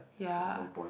ya